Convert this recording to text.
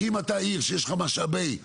כי אם אתה עיר שיש לך משאבי טבע,